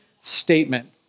statement